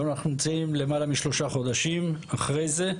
היום אנחנו נמצאים למעלה משלושה חודשים אחרי זה,